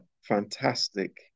fantastic